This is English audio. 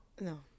No